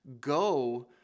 go